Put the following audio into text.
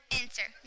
answer